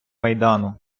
майдану